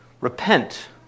Repent